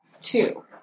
two